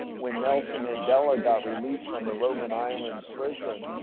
when nelson mandela got released from the robben island prison,